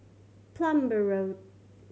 Plumer Road